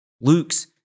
Luke's